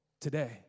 today